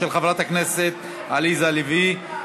של חברי הכנסת עליזה לביא,